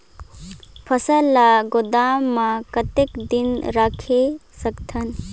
फसल ला गोदाम मां कतेक दिन रखे सकथन?